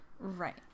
Right